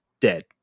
dead